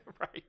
Right